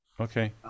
Okay